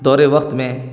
دور وقت میں